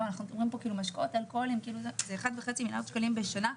אנחנו מדברים פה על משקאות אלכוהולים - זה 1.5 מיליארד שקלים בשנה.